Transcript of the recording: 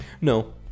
No